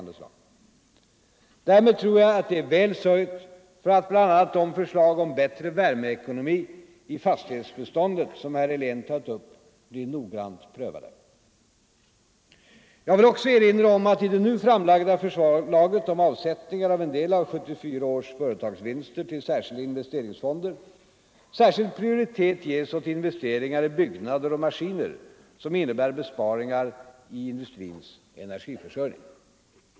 Därmed tror jag det är väl sörjt för att bl.a. de förslag om bättre värmeekonomi i fastighetsbeståndet som herr Helén tagit upp blir noggrant prövade. Jag vill också erinra om att i det nu framlagda förslaget om avsättningar av en del av 1974 års företagsvinster till särskilda investeringsfonder särskild prioritet ges åt investeringar i byggnader och maskiner som innebär besparingar i industrins energiförbrukning.